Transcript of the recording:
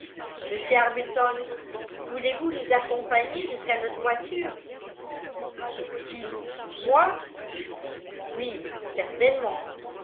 monsieur arbuton voulez-vous nous accompagner jusqu'à notre voiture qui moi oui certainement